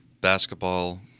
basketball